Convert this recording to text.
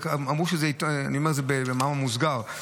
אמרו שזה אני אומר את זה במאמר מוסגר,